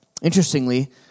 Interestingly